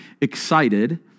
excited